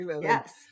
Yes